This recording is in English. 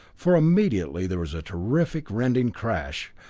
for immediately there was a terrific rending crash,